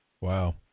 wow